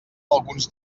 alguns